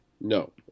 no